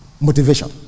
Motivation